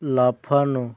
লাফানো